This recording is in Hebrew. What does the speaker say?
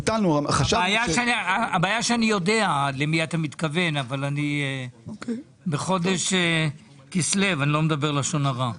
אני יודע למי אתה מתכוון אבל בחודש כסלו אני לא מדבר לשון הרע.